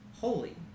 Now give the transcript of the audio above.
holy